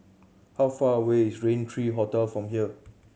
how far away is Rain Three Hotel from here